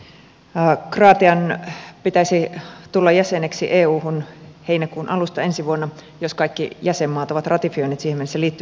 kroatian pitäisi tulla jäseneksi euhun heinäkuun alusta ensi vuonna jos kaikki jäsenmaat ovat ratifioineet siihen mennessä liittymissopimuksen